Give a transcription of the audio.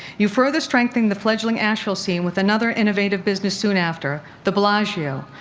you further strengthened the fledgling asheville scene with another innovative business soon after the bellagio,